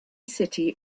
city